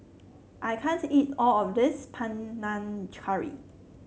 I can't eat all of this Panang Curry